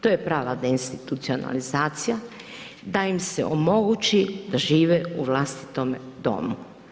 To je prava deinstitucionalizacija da im se omogući da žive u vlastitom domu.